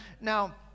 Now